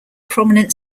prominent